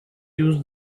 use